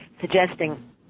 Suggesting